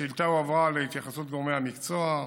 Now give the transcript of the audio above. השאילתה הועברה להתייחסות גורמי המקצוע,